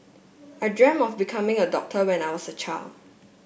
I dreamt of becoming a doctor when I was a child